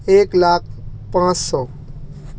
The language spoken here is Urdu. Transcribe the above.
ایک لاکھ پانچ سو